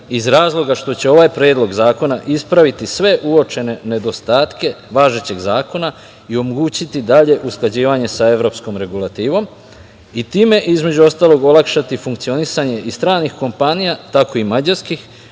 iz razloga što će ovaj predlog zakona ispraviti sve uočene nedostatke važećeg zakona i omogućiti dalje usklađivanje sa evropskom regulativom i time, između ostalog, olakšati funkcionisanje i stranih kompanija, tako i mađarskih,